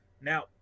Now